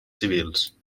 civils